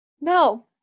No